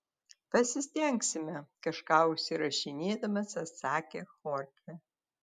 pasistengsime kažką užsirašinėdamas atsakė chorchė